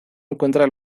encuentra